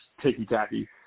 ticky-tacky